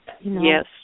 Yes